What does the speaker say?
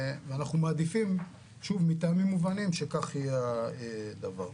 אנחנו מעדיפים, מטעמים מובנים, שכך יהיה הדבר.